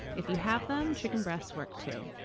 if you have them, chicken breasts work too.